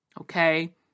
Okay